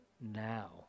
now